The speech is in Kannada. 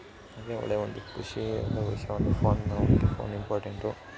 ಅದೇ ಒಳ್ಳೆಯ ಒಂದು ಖುಷಿ ಆದ ವಿಷಯ ಒಂದು ಫೋನ್ ಫೋನ್ ಇಂಪಾರ್ಡೆಂಟು